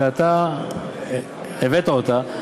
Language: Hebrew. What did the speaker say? שאתה הבאת אותה,